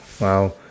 Wow